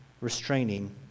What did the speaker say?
restraining